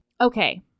okay